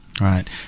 Right